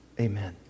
Amen